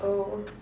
oh